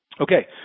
Okay